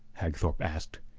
hagthorpe asked.